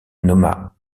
nomma